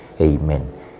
Amen